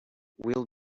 will